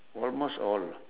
almost all